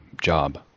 job